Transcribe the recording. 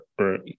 right